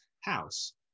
house